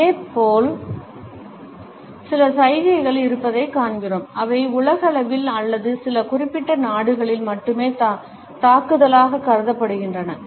இதேபோல் சில சைகைகள் இருப்பதைக் காண்கிறோம் அவை உலகளவில் அல்லது சில குறிப்பிட்ட நாடுகளில் மட்டுமே தாக்குதலாகக் கருதப்படுகின்றன